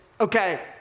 Okay